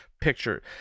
Picture